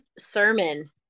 sermon